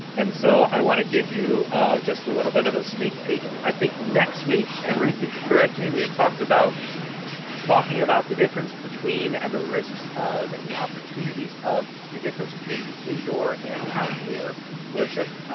so i want to give you just a little bit of a sneak peek. i think next week, and ruth, you can correct me, we had talked about talking about the difference between and the risks of, and the opportunities of the difference between indoor and outdoor worship.